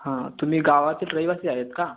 हं तुम्ही गावातील रहिवासी आहेत का